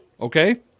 Okay